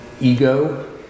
ego